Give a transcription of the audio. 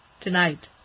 tonight